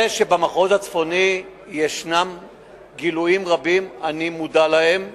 זה שבמחוז הצפוני יש גילויים רבים, אני מודע להם.